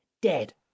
dead